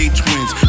twins